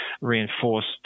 reinforced